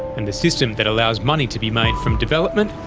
and the system that allows money to be made from development,